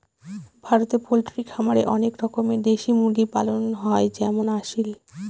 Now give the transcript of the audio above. ভারতে পোল্ট্রি খামারে অনেক রকমের দেশি মুরগি পালন হয় যেমন আসিল